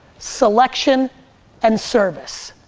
selection and service